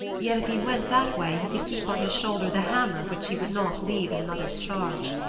yet if he went that way he could keep on his shoulder the hammer which he would not leave in another's charge.